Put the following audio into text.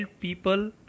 people